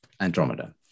andromeda